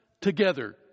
together